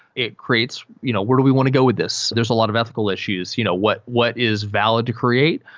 it creates you know where do we want to go with this? there're a lot of ethical issues. you know what what is valid to create?